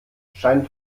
scheint